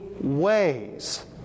ways